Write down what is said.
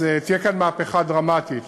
תהיה כאן מהפכה דרמטית.